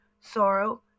sorrow